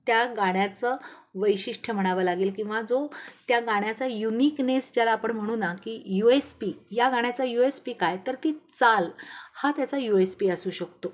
त्या गाण्याचं वैशिष्ट्य म्हणावं लागेल किंवा जो त्या गाण्याचा युनिकनेस ज्याला आपण म्हणू ना की यू एस पी या गाण्याचा यू एस पी काय तर ती चाल हा त्याचा यू एस पी असू शकतो